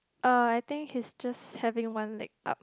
uh I think he's just having one leg up